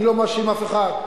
אני לא מאשים אף אחד,